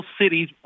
cities